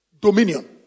Dominion